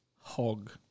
hog